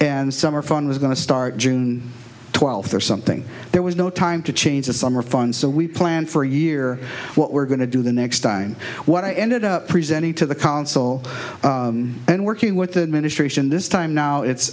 and summer fun was going to start june twelfth or something there was no time to change the summer fun so we planned for a year what we're going to do the next time what i ended up presenting to the council and working with the ministration this time now it's